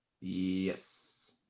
yes